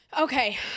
Okay